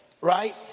right